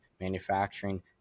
manufacturing